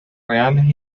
reales